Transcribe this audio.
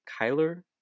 Kyler